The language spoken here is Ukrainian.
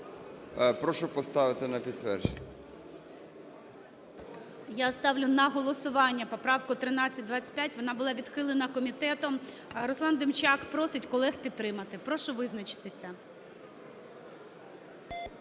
Прошу поставити на підтвердження. ГОЛОВУЮЧИЙ. Я ставлю на голосування поправку 1325, вона була відхилена комітетом. Руслан Демчак просить колег підтримати. Прошу визначитися